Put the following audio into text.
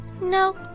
Nope